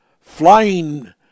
flying